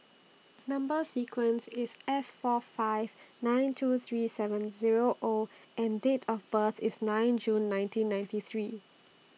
Number sequence IS S four five nine two three seven Zero O and Date of birth IS nine June nineteen ninety three